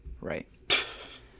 right